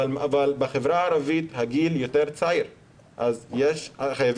אבל בחברה הערבית הגיל צעיר יותר וחייבים